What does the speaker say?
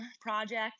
project